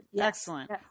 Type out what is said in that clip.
Excellent